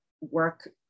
work